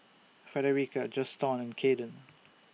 Frederica Juston and Kaeden